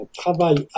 travail